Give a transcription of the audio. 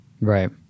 Right